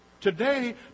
Today